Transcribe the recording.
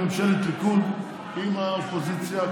תצטרף לממשלת ליכוד עם האופוזיציה,